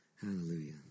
Hallelujah